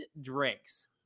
drinks